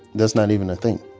that's not even a thing